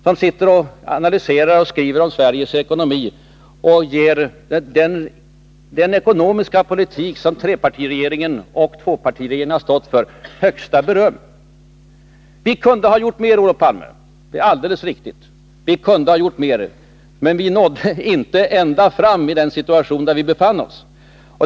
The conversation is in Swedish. Där sitter de och analyserar och skriver om Sveriges ekonomi och ger den ekonomiska politik som trepartiregeringen och tvåpartiregeringen har stått Vi kunde ha gjort mer, Olof Palme. Det är alldeles riktigt. Vi kunde ha gjort mer, men vi nådde inte ända fram i den situation som vi befann oss i.